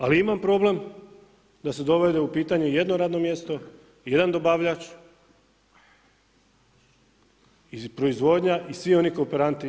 Ali imam problem da se dovede u pitanje jedno radno mjesto, jedan dobavljač i proizvodnja i svi oni kooperanti.